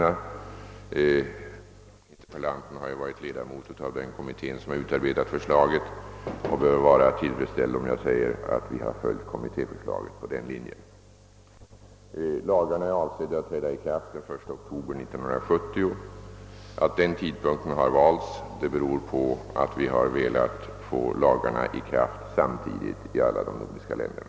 Interpellanten har ju varit ledamot av den kommitté som utarbetat förslaget och bör vara tillfredsställd om jag säger att vi har följt kommittéförslaget på den linjen. Lagarna är avsedda att träda i kraft den 1 oktober 1970. Att den tidpunkten har valts beror på att vi har velat få lagarna i kraft samtidigt i alla de nordiska länderna.